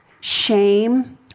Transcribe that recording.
Shame